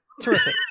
Terrific